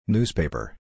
Newspaper